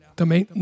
também